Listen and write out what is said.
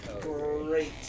great